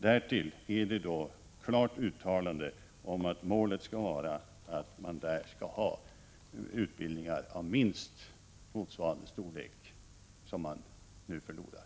Därtill finns ett klart uttalande att målet skall vara att man skall ha utbildningar av en storlek som minst motsvarar dem man nu förlorar.